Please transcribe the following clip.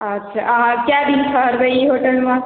अच्छा अहाँ चारि दिन ठहरबै इएह रूम मे